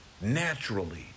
Naturally